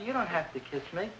you don't have to kiss me